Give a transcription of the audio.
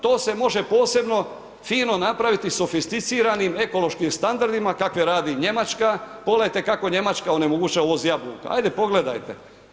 To se može posebno, fino napraviti, sofisticiranim ekološkim standardima kakve radi Njemačka, pogledajte kako Njemačka onemogućava uvoz jabuka, hajde pogledajte.